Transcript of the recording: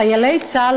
חיילי צה"ל,